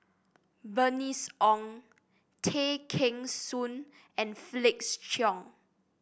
Bernice Ong Tay Kheng Soon and Felix Cheong